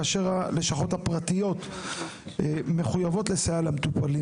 כאשר הלשכות הפרטיות מחויבות לסייע למטופלים